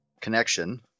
connection